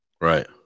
Right